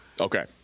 Okay